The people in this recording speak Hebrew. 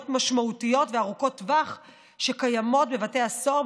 משמעותיות וארוכות טווח שקיימות בבתי הסוהר,